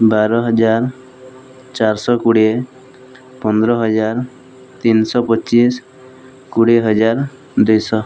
ବାରହଜାର ଚାରିଶହ କୋଡ଼ିଏ ପନ୍ଦର ହଜାର ତିନିଶହ ପଚିଶି କୋଡ଼ିଏ ହଜାର ଦୁଇଶହ